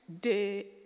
day